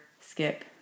skip